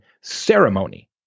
ceremony